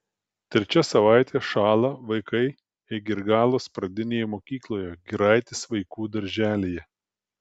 trečia savaitė šąla vaikai eigirgalos pradinėje mokykloje giraitės vaikų darželyje